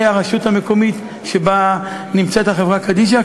הרשות המקומית שבה נמצאת החברה קדישא,